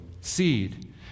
seed